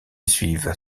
suivent